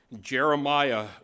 Jeremiah